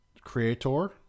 Creator